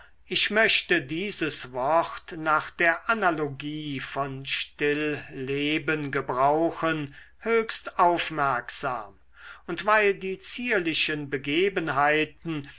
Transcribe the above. ich möchte dieses wort nach der analogie von stilleben gebrauchen höchst aufmerksam und weil die zierlichen begebenheiten